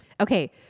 Okay